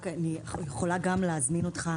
אני יכולה גם להזמין אותך,